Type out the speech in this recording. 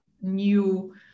new